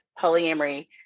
polyamory